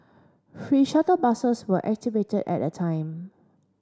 free shuttle buses were activated at a time